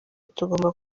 tugomba